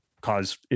cause